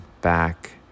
back